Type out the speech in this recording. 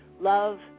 love